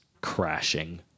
crashing